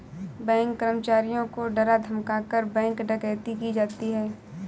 bank कर्मचारियों को डरा धमकाकर, बैंक डकैती की जाती है